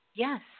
Yes